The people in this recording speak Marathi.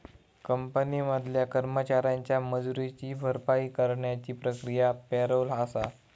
कंपनी मधल्या कर्मचाऱ्यांच्या मजुरीची भरपाई करण्याची प्रक्रिया पॅरोल आसा